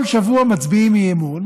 כל שבוע מצביעים אי-אמון.